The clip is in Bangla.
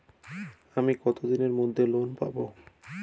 আমি কতদিনের মধ্যে লোন পাব?